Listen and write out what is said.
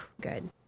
good